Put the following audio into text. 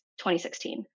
2016